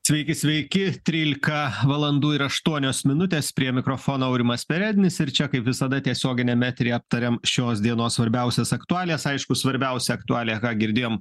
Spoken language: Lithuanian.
sveiki sveiki trylika valandų ir aštuonios minutės prie mikrofono aurimas perednis ir čia kaip visada tiesioginiame etery aptariam šios dienos svarbiausias aktualijas aišku svarbiausia aktualija ką girdėjom